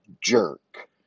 jerk